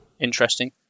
Interesting